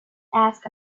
ask